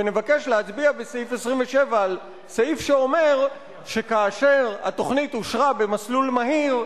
ונבקש להצביע בסעיף 27 על סעיף שאומר שכאשר התוכנית אושרה במסלול מהיר,